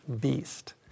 beast